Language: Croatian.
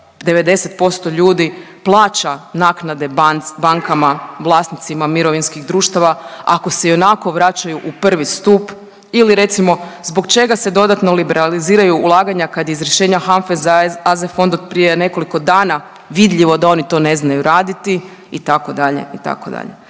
90% ljudi plaća naknade bankama, vlasnicima mirovinskih društava ako se ionako vraćaju u I. stup ili recimo zbog čega se dodatno liberaliziraju ulaganja kad je iz rješenja HANFE za AZ fond od prije nekoliko dana vidljivo da oni to ne znaju raditi itd.,